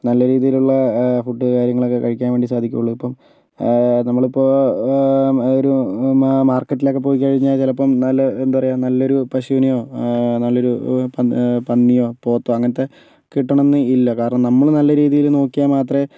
നല്ല രീതിലുള്ള ഫുഡ് കാര്യങ്ങളൊക്കെ കഴിക്കാൻ വേണ്ടി സാധിക്കുകയുള്ളു ഇപ്പം നമ്മളിപ്പം ഒരു മാർക്കറ്റിലൊക്കെ പോയിക്കഴിഞ്ഞാൽ ചിലപ്പം നല്ല എന്താ പറയുക നല്ലൊരു പശുവിനെയോ നല്ലൊരു പന്നിയോ പോത്തോ അങ്ങനത്തെ കിട്ടണം എന്ന് ഇല്ല കാരണം നമ്മൾ നല്ല രീതിയിൽ നോക്കിയാൽ മാത്രമേ